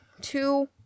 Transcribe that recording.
two